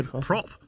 Prop